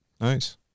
nice